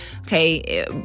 Okay